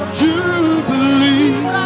jubilee